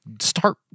start